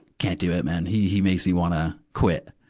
can't do it, man. he, he makes me wanna quit.